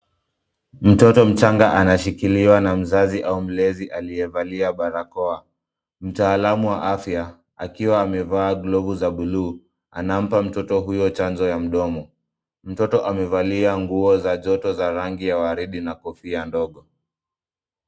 Mtoto mchanga anashikiliwa na mzazi au mlezi aliyevalia barakoa. Mtaalamu wa afya, akiwa amevaa glovu za buluu, anampa mtoto huyo chanzo ya mdomo. Mtoto amevalia nguo za joto za rangi ya waridi na kofia ndogo.